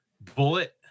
bullet